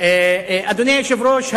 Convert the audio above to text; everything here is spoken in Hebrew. אדוני היושב-ראש,